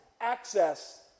access